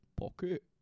Pocket